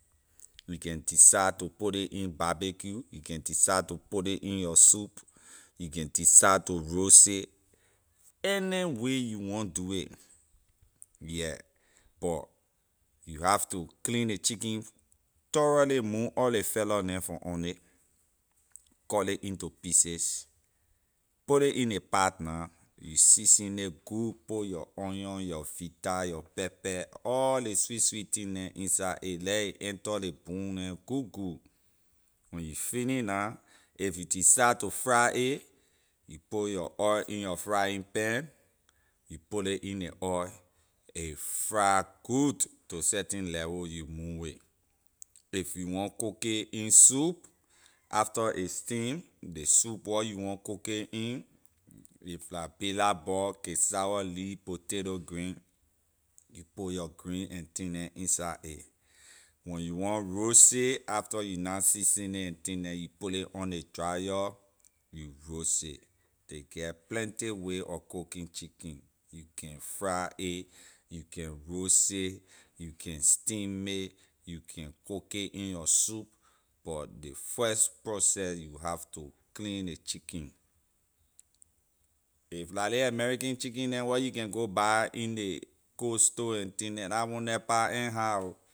You can decide to put ley barbecue you can decide to put ley in your soup you can decide to roast a anyway you want do a yeah but you have to clean ley chicken thoroughly move all ley feather neh from on nay cut ley into pieces put ley in ley pat na you season nay good put your onion your vita your pepper all ley sweet sweet thing neh inside a leh a enter ley bone neh good good when you finish na if you decide to fried a you put your oil in your frying pan you put ley in ley oil a fried good to certain level you move it if you want cook it in soup after a steam ley soup where you want cook a in if la bitter ball cassawor lee potato green you put your green and thing neh inside a when you wan roast it after you na season nay and thing neh you put ley on ley dryer and roast it ley get plenty way of cooking chicken you can fried a you can roast it you can steam it you can cook it in your soup but ley first process you have to clean ley chicken if la ley american chicken neh where you can go buy in ley cold store and thing neh la one the pah ehn hard oh